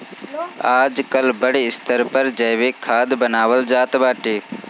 आजकल बड़ स्तर पर जैविक खाद बानवल जात बाटे